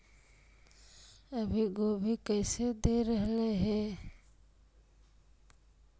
अभी गोभी कैसे दे रहलई हे?